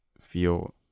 feel